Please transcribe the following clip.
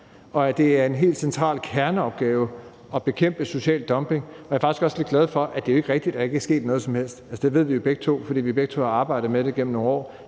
at det er en helt central kerneopgave at bekæmpe social dumping. Jeg er faktisk også lidt glad for, at det jo ikke er rigtigt, at der ikke er sket noget som helst. Altså, det ved vi jo begge to at der er, fordi vi begge to har arbejdet med det igennem nogle år.